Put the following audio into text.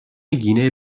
گینه